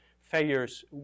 failures